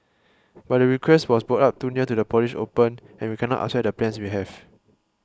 but the request was brought up too near to the Polish Open and we cannot upset the plans we have